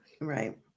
Right